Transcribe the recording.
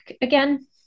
again